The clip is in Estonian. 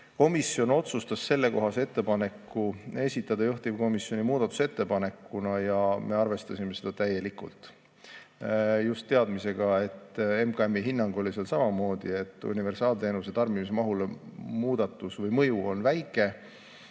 Komisjon otsustas sellekohase ettepaneku esitada juhtivkomisjoni muudatusettepanekuna ja me arvestasime seda täielikult. Just teadmisega, et MKM‑i hinnangul oli seal samamoodi mõju universaalteenuse tarbimismahule väike